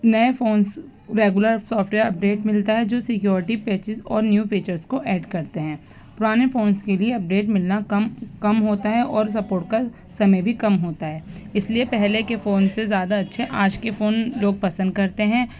نئے phones regular software update ملتا ہے جو سیکورٹی پیچز اور نیو فیچرس کو ایڈ کرتے ہیں پرانے فونس کے لیے اپ ڈیٹ ملنا کم کم ہوتا ہے اور سپورٹ کا سمے بھی کم ہوتا ہے اس لیے پہلے کے فون سے زیادہ اچھے آج کے فون لوگ پسند کرتے ہیں